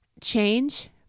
Change